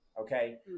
okay